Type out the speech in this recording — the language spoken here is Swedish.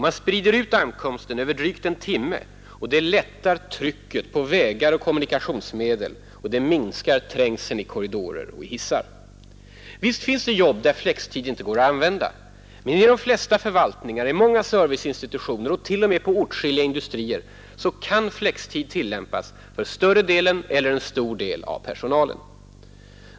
Man sprider ut ankomsten över drygt en timme — det lättar trycket på vägar och kommunikationsmedel, det minskar trängseln i korridorer och hissar. Visst finns det jobb där flextid inte går att använda. Men i de flesta förvaltningar, i många serviceinstitutioner och t.o.m. på åtskilliga industrier kan flextid tillämpas för större delen eller en stor del av personalen.